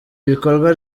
ibikorwa